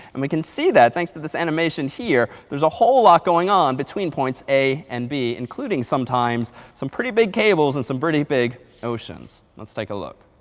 and we can see that thanks to this animation here, there's a whole lot going on between points a and b, including sometimes some pretty big cables and some pretty big oceans. let's take a look.